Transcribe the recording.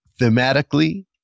thematically